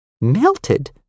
Melted